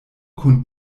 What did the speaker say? kun